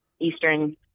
Eastern